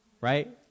right